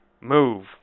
Move